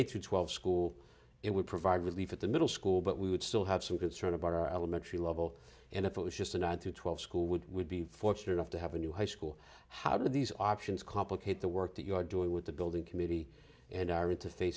eight to twelve school it would provide relief at the middle school but we would still have some concern about our elementary level and if it was just a nine to twelve school would be fortunate enough to have a new high school how do these options complicate the work that you're doing with the building committee and i read to